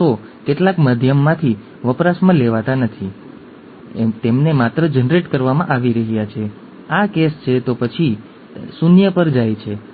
હું કહીશ કે તે એક જરૂરી વિડિઓ છે તે એક ખૂબ જ સરસ વિડિઓ છે સહેજ લાંબી લગભગ વીસ પચીસ મિનિટ આટલા લાંબા જૂના પરંતુ તે ખૂબ જ